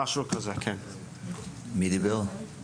זאת אומרת שהמספרים שאתה אומר זה שתי תקיפות ביום,